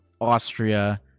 Austria